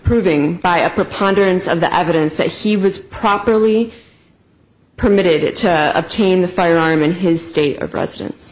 proving by a preponderance of the evidence that he was properly permitted it obtain the firearm in his state of residence